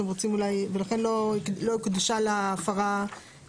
אתם רוצים אולי, ולכן לא הוקשה לה הפרה ספציפי.